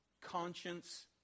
conscience